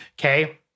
okay